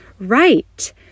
right